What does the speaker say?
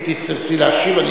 להשיב.